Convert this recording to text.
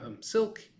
silk